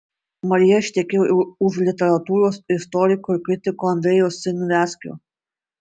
marija ištekėjo už literatūros istoriko ir kritiko andrejaus siniavskio